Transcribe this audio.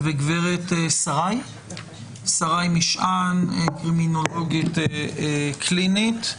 וגברת שריי משען, קרימינולוגית קלינית.